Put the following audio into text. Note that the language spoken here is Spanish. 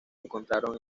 encontraron